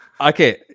Okay